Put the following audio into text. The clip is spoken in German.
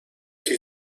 die